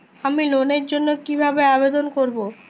আমি লোনের জন্য কিভাবে আবেদন করব?